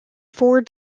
four